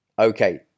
Okay